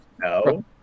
No